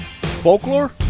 folklore